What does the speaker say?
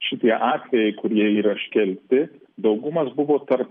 šitie atvejai kurie yra iškelti daugumas buvo tarp